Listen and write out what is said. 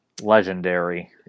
legendary